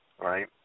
right